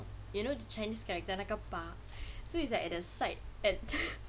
you know the chinese character 一个八 so it's like at the side at